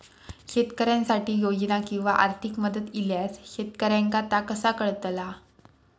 शेतकऱ्यांसाठी योजना किंवा आर्थिक मदत इल्यास शेतकऱ्यांका ता कसा कळतला?